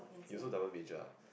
you also double major ah